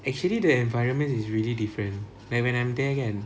actually the environment is really different like when I am there kan